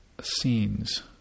scenes